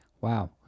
Wow